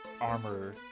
armor